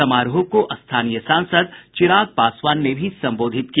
समारोह को स्थानीय सांसद चिराग पासवान ने भी संबोधित किया